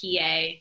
PA